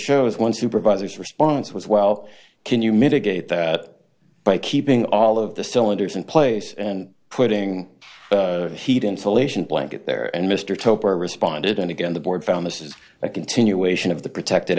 shows one supervisor's response was well can you mitigate that by keeping all of the cylinders in place and putting heat insulation blanket there and mr toper responded and again the board found this is a continuation of the protected